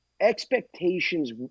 expectations